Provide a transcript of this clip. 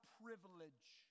privilege